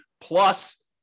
plus